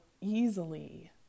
easily